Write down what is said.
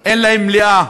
אין להם מליאה